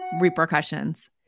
repercussions